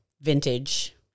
vintage